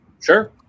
Sure